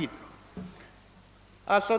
bidrag.